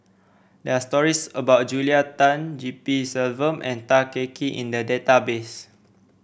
there are stories about Julia Tan G P Selvam and Tan Kah Kee in the database